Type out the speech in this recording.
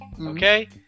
Okay